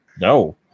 no